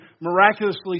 miraculously